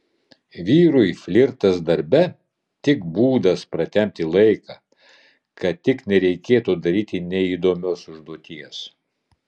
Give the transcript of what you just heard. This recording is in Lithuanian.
vyrui flirtas darbe tik būdas pratempti laiką kad tik nereikėtų daryti neįdomios užduoties